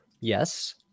Yes